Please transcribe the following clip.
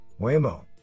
Waymo